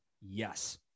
Yes